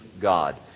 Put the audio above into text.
God